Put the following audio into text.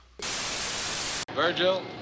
Virgil